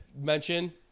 mention